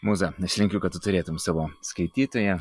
mūza nusilenkiu kad tu turėtum savo skaitytoją